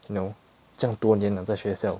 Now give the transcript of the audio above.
you know 这样多年了在学校